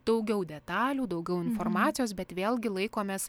daugiau detalių daugiau informacijos bet vėlgi laikomės